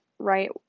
right